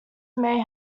may